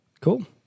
Cool